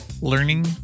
Learning